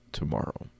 tomorrow